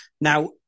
Now